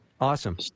Awesome